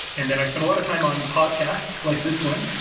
and then i spent a lot of time on podcasts, like this one,